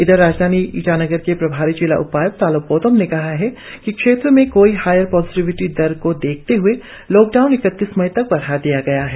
इधर राजधानी ईटानगर के प्रभारी जिला उपायुक्त तालो पोतम ने कहा है कि क्षेत्र में कोविड की हायर पॉजिटिविटी दर को देखते हुए लॉकडाउन इकतीस मई तक बढ़ाया गया है